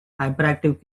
hyperactive